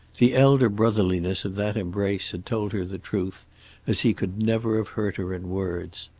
the elder brotherliness of that embrace had told her the truth as he could never have hurt her in words.